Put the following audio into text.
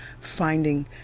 finding